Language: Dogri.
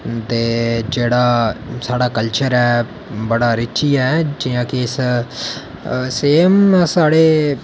ते जेह्ड़ा साढ़ा कल्चर ऐ कि बड़ा रिच ऐ जि'यां कि इस सेम साढ़े